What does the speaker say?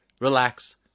relax